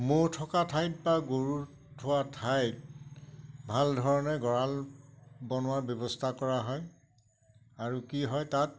ম'হ থকা ঠাইত বা গৰু থোৱা ঠাইত ভাল ধৰণে গঁড়াল বনোৱাৰ ব্যৱস্থা কৰা হয় আৰু কি হয় তাত